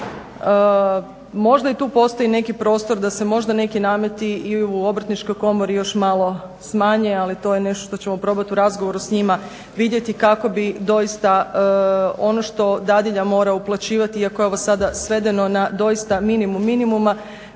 Možda i tu postoji neki prostor da se možda neki nameti i u obrtničkoj komori još malo smanje, ali to je nešto što ćemo probat u razgovoru s njima vidjeti kako bi doista ono što dadilja mora uplaćivati i ako je ovo sada svedeno na doista minimum minimuma